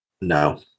No